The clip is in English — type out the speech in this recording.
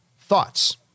thoughts